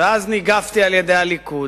ואז ניגפתי על-ידי הליכוד.